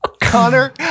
Connor